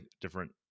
different